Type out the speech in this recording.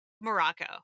Morocco